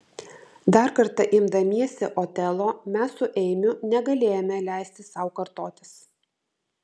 dar kartą imdamiesi otelo mes su eimiu negalėjome leisti sau kartotis